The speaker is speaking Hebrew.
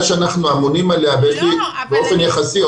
שאנחנו אמונים עליה --- באופן יחסי,